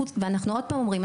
אנחנו עוד פעם אומרים,